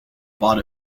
bought